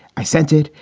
i sent it.